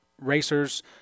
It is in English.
racers